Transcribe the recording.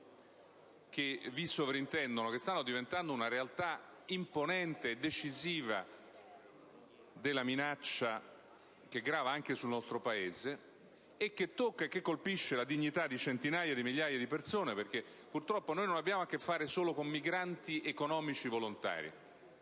che vi sovrintendono, che stanno diventando una realtà imponente e decisiva, una minaccia che grava anche sul nostro Paese, e che tocca e colpisce la dignità di centinaia di migliaia di persone - perché, purtroppo, non abbiamo a che fare solo con migranti economici volontari,